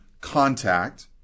contact